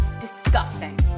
Disgusting